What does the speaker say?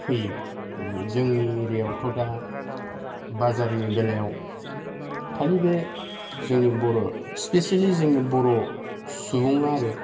फैयो बै जोंनि एरियायावथ' दा बाजारनि बेलायाव खालि बे जोंनि बर' स्पेसियेलि जोंनि बर' सुबुं आरो